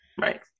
right